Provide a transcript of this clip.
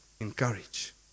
encourage